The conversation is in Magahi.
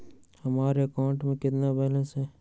हमारे अकाउंट में कितना बैलेंस है?